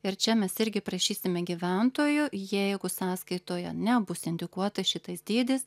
ir čia mes irgi prašysime gyventojų jeigu sąskaitoje nebus indikuotas šitais dydis